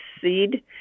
seed